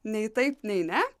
nei taip nei ne